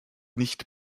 nicht